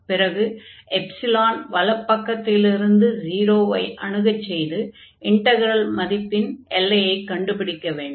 பிறகு எப்சிலான் வலப்பக்கத்திலிருந்து 0 ஐ அணுகச் செய்து இன்டக்ரல் மதிப்பின் எல்லையைக் கண்டுபிடிக்க வேண்டும்